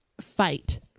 fight